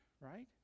right